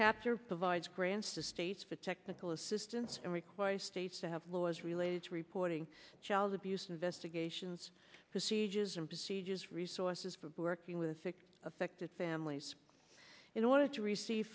capture provides grants to states for technical assistance and require states to have laws related to reporting child abuse investigations procedures and procedures resources for be working with sick affected families in order to receive